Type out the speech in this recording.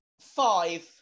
five